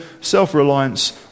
self-reliance